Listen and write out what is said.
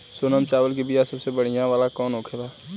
सोनम चावल के बीया सबसे बढ़िया वाला कौन होखेला?